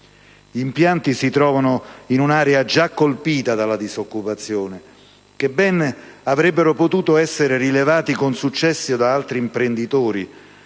Gli impianti si trovano in un'area già colpita dalla disoccupazione che ben avrebbero potuto essere rilevati con successo da altri imprenditori,